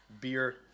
Beer